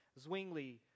Zwingli